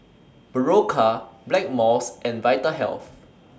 Berocca Blackmores and Vitahealth